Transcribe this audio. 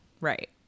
Right